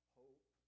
hope